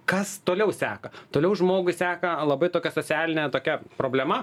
kas toliau seka toliau žmogui seka labai tokia socialinė tokia problema